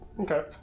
Okay